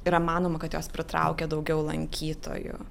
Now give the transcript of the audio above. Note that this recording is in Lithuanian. yra manoma kad jos pritraukia daugiau lankytojų